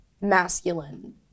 masculine